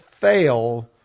fail